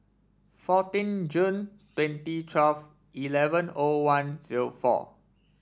fourteen June twenty twelve eleven O one zero four